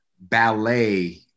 ballet